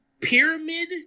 pyramid